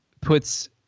puts